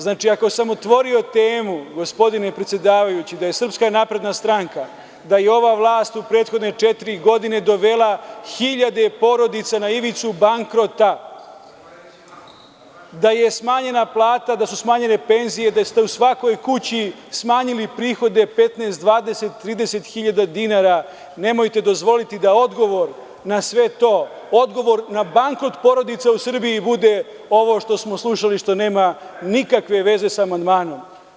Znači, ako sam otvorio temu, gospodine predsedavajući, da je SNS, da je ova vlast za prethodne četiri godine dovela hiljade porodica na ivicu bankrota, da je smanjena plata, da su smanjene penzije, da ste u svakoj kući smanjili prihode 15, 20, 30 hiljada dinara, nemojte dozvoliti da odgovor na sve to, odgovor na bankrot porodica u Srbiji bude ovo što smo slušali, što nema nikakve veze sa amandmanom.